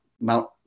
Mount